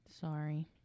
Sorry